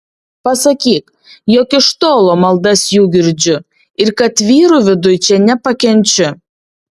pasakyk jog iš tolo maldas jų girdžiu ir kad vyrų viduj čia nepakenčiu